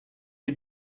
you